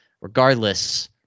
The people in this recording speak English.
Regardless